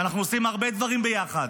ואנחנו עושים הרבה דברים ביחד.